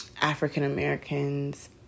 African-Americans